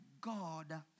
God